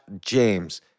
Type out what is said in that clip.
james